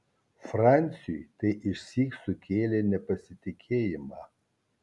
franciui tai išsyk sukėlė nepasitikėjimą